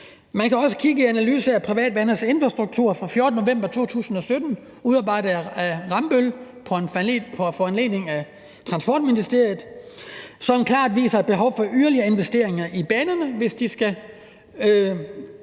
Man kan også kigge i »Analyse af privatbanernes infrastruktur« fra den 14. november 2017 udarbejdet af Rambøll på foranledning af Transportministeriet, som klart viser et behov for yderligere investeringer i banerne, hvis de skal